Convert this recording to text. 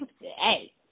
Hey